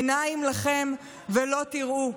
עיניים לכם ולא תראו.